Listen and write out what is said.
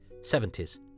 70s